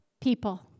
people